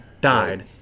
died